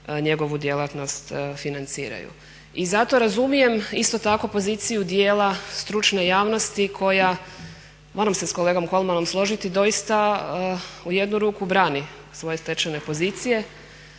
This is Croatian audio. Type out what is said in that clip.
njegovu djelatnost financiraju. I zato razumijem isto tako poziciju dijela stručne javnosti koja moram se s kolegom Kolmanom složiti doista u jednu ruku brani svoje stečene pozicije,